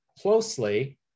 closely